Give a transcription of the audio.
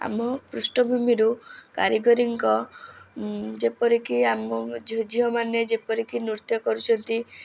ଆମ ପୃଷ୍ଟ ଭୂମିରୁ କାରିଗରୀଙ୍କ ଯେପରି କି ଆମ ଝିଅମାନେ ଯେପରି କି ନୃତ୍ୟ କରୁଛନ୍ତି